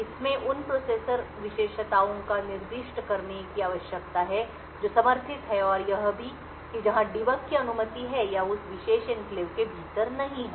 इसमें उन प्रोसेसर विशेषताओं को निर्दिष्ट करने की आवश्यकता है जो समर्थित हैं और यह भी कि जहां डिबग की अनुमति है या उस विशेष एन्क्लेव के भीतर नहीं है